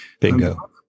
Bingo